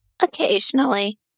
occasionally